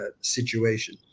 situation